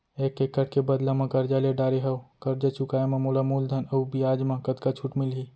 एक एक्कड़ के बदला म करजा ले डारे हव, करजा चुकाए म मोला मूलधन अऊ बियाज म कतका छूट मिलही?